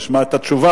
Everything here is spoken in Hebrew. נשמע את התשובה,